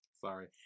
Sorry